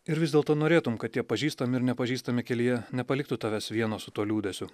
ir vis dėlto norėtum kad tie pažįstami ir nepažįstami kelyje nepaliktų tavęs vieno su tuo liūdesiu